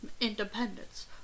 independence